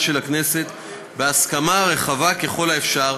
של הכנסת בהסכמה רחבה ככל האפשר,